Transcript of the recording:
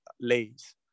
lays